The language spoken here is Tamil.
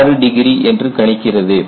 6 ° என்று கணிக்கிறது